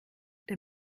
der